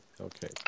okay